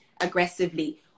aggressively